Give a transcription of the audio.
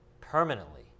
permanently